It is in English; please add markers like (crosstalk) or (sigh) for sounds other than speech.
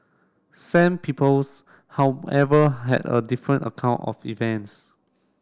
(unintelligible) however had a different account of events